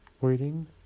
waiting